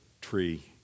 tree